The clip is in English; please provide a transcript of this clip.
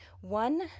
One